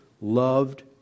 loved